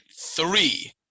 Three